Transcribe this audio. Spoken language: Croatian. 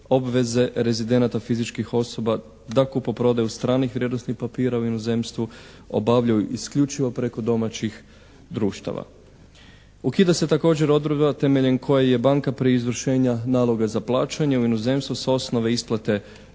obveze rezidenata fizičkih osoba da kupoprodaju stranih vrijednosnih papira u inozemstvu obavljaju isključivo preko domaćih društava. Ukida se također odredba temeljem koje je banka prije izvršenja naloga za plaćanje u inozemstvu s osnove isplate